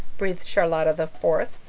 breathed charlotta the fourth,